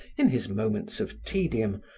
in his moments of tedium,